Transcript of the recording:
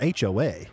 HOA